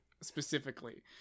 specifically